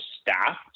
staff